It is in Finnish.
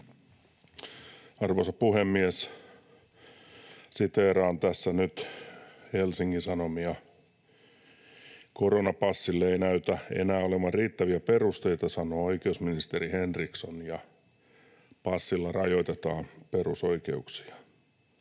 Arvoisa puhemies! Siteeraan tässä nyt Helsingin Sanomia: ”Koronapassille ei näytä enää olevan riittäviä perusteita, sanoo oikeusministeri Henriksson: ’Passilla rajoitetaan perusoikeuksia’.